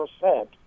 percent